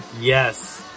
Yes